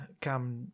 come